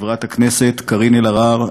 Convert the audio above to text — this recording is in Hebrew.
חברת הכנסת קארין אלהרר,